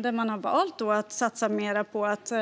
I den valde man ju att satsa mer på att